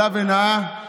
כלה נאה,